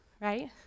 right